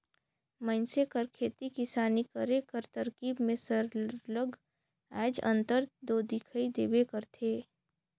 मइनसे कर खेती किसानी करे कर तरकीब में सरलग आएज अंतर दो दिखई देबे करथे